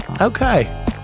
Okay